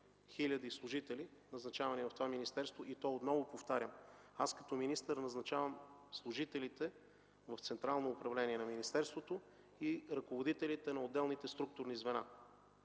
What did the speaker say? хиляди служители, назначавани в това министерство – отново повтарям, аз като министър назначавам служителите в централното управление на министерството и ръководителите на отделните структурни звена,